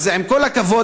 עם כל הכבוד,